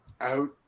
Out